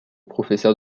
professeur